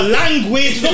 language